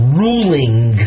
ruling